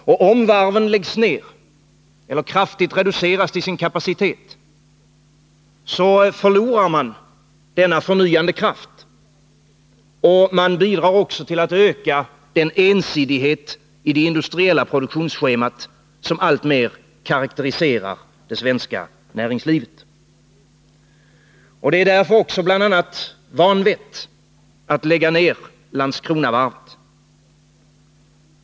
Om varven läggs ned eller kraftigt reduceras till sin kapacitet förlorar man denna förnyande kraft, och man bidrar också till att öka den ensidighet i det industriella produktionsschemat som alltmer karakteriserar det svenska näringslivet. Det är också bl.a. därför vanvett att lägga ned Landskronavarvet.